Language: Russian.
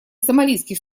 сомалийских